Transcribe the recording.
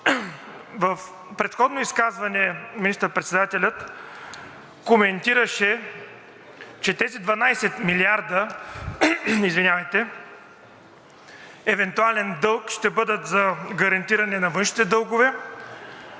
В предходно изказване министър-председателят коментираше, че тези 12 милиарда евентуален дълг ще бъдат за гарантиране на външните дългове